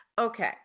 Okay